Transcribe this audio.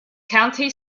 county